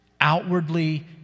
outwardly